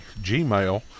gmail